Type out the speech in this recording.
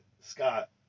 Scott